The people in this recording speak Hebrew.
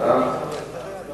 חוק האזרחים